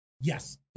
Yes